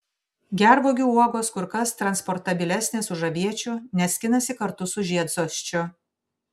gervuogių uogos kur kas transportabilesnės už aviečių nes skinasi kartu su žiedsosčiu